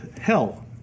hell